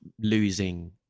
losing